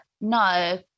no